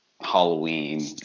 Halloween